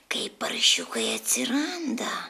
kaip paršiukai atsiranda